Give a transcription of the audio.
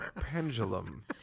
pendulum